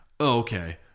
okay